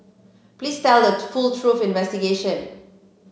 please tell the full truth investigation